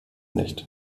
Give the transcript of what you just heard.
nicht